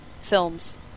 films